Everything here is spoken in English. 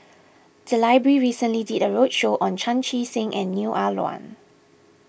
the library recently did a roadshow on Chan Chee Seng and Neo Ah Luan